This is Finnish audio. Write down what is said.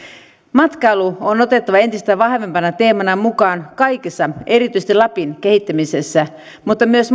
matkailu on otettava entistä vahvempana teemana mukaan kaikessa erityisesti lapin kehittämisessä mutta myös